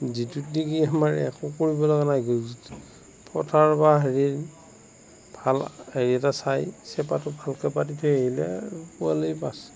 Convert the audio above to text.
যিটোত নেকি আমাৰ একো কৰিবলগা নাই পথাৰ বা হেৰি ভাল হেৰি এটা চাই চেপাটো ভালকে পাতি থৈ আহিলে আৰু পোৱালি মাছ